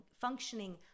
functioning